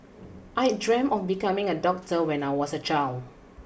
I dreamt of becoming a doctor when I was a child